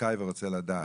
זכאי ורוצה לדעת.